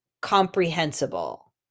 comprehensible